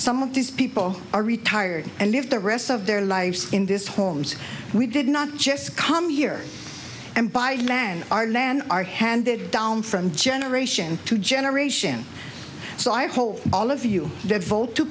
some of these people are retired and live the rest of their lives in this homes we did not just come here and buy land our land are handed down from generation to generation so i hope all of you divulge to